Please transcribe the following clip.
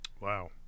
Wow